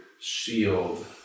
shield